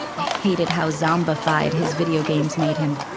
ah hated how zombified his video games made him.